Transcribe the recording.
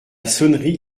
sonnerie